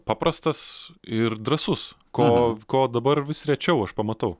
paprastas ir drąsus ko ko dabar vis rečiau aš pamatau